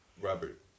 Robert